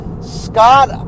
Scott